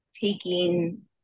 taking